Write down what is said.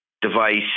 device